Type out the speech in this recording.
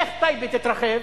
איך טייבה תתרחב